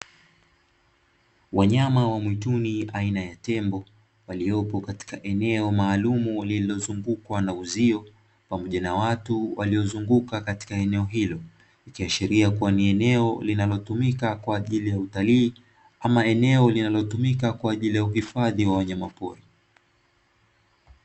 Wanyama wa mwituni aina ya tembo waliopo katika eneo maalum lililozungukwa na uzio pamoja na watu waliozunguka eneo hilo, ikiashiria ni eneo linalotumika kwaajili ya uhifadhi wa wanyama pori.